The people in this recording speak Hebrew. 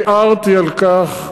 הערתי על כך.